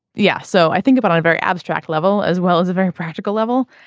yeah so i think about on a very abstract level as well as a very practical level.